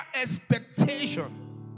expectation